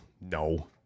No